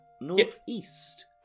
northeast